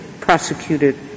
prosecuted